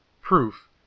proof